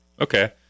Okay